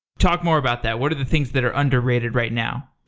talk more about that. what are the things that are underrated right now?